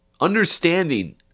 understanding